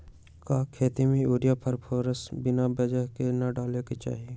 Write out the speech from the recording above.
का खेती में यूरिया फास्फोरस बिना वजन के न डाले के चाहि?